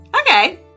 Okay